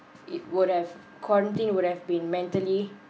it would have quarantine would have been mentally